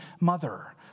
mother